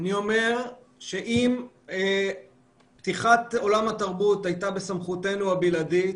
אני אומר שאם פתיחת עולם התרבות הייתה בסמכותנו הבלעדית,